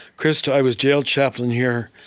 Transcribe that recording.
krista, i was jail chaplain here,